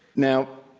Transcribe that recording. now,